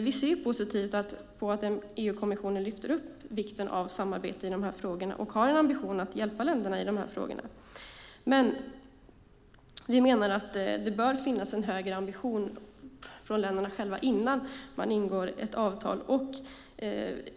Vi ser positivt på att EU-kommissionen lyfter fram vikten av samarbete i dessa frågor och har en ambition att hjälpa länderna i de olika frågorna. Men vi menar att det bör finnas en högre ambition från länderna själva innan avtal ingås.